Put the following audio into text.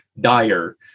dire